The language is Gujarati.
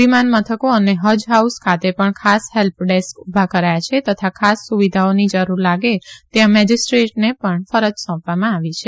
વિમાન મથકો અને ફજ ફાઉસ ખાતે પણ ખાસ હેલ્પ ડેસ્ક ઉભા કરાયા છે તથા ખાસ સુવિધાની જરૂર લાગે ત્યાં મેજીસ્ટ્રેટને પણ ફરજ સોંપવામાં આવી છે